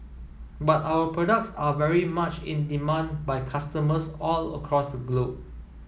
but our products are very much in demand by customers all across the globe